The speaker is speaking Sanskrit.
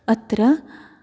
अत्र